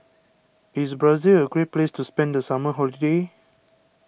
is Brazil a great place to spend the summer holiday